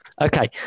Okay